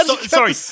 Sorry